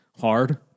hard